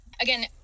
Again